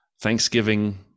Thanksgiving